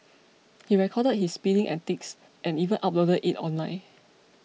he recorded his speeding antics and even uploaded it online